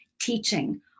teaching